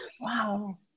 Wow